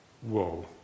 whoa